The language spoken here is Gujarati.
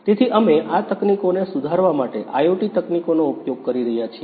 તેથી અમે આ તકનીકોને સુધારવા માટે આઇઓટી તકનીકોનો ઉપયોગ કરી રહ્યા છીએ